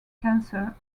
cancer